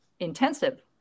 intensive